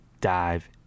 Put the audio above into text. dive